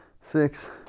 six